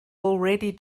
already